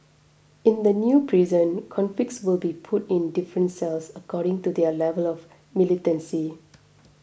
in the new prison convicts will be put in different cells according to their level of militancy